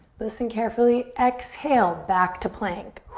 listen carefully. exhale, back to plank.